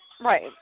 Right